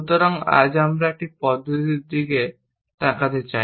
সুতরাং আজ আমরা একটি পদ্ধতির দিকে তাকাতে চাই